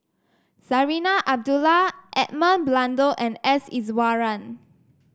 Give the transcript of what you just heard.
Zarinah Abdullah Edmund Blundell and S Iswaran